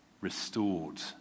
restored